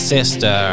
Sister